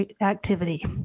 activity